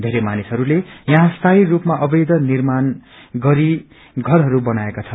थेरै मानिसहस्ले यही स्थायी स्पमा अवैष निर्माण गरी घरहरू बनाएका छन्